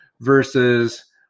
Versus